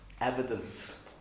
evidence